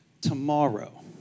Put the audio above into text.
tomorrow